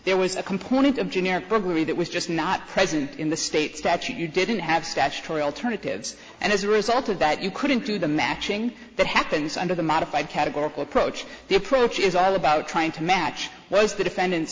there was a component of generic burglary that was just not present in the state statute you didn't have stashed for alternatives and as a result of that you couldn't do the matching that happens under the modified categorical approach the approach is all about trying to match those defendant